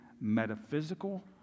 metaphysical